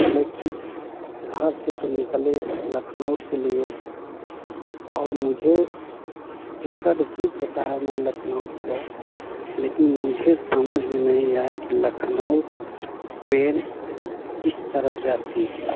लेकिन घर से तो निकले लखनऊ के लिए और मुझे टिकट भी कटाया मैं लखनऊ का लेकिन मुझे समझ में नहीं आया कि लखनऊ की ट्रेन किस तरफ जाती है